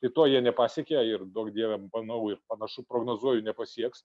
tai to jie nepasiekė ir duok dieve manau ir panašu prognozuoju nepasieks